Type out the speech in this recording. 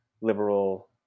liberal